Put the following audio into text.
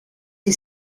che